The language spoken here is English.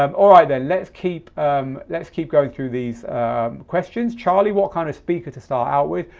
um all right then, let's keep um let's keep going through these questions. charlie, what kind of speaker to start out with?